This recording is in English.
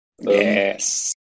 Yes